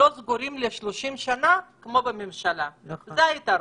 הם לא סגורים ל-30 שנה כמו בממשלה זה היתרון.